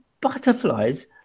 butterflies